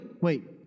Wait